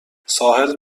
ساحل